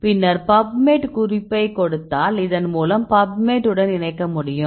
பின்னர் பப்மெட் குறிப்பைக் கொடுத்தால் இதன்மூலம் பப்மெட் உடன் இணைக்க முடியும்